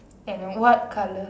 and what colour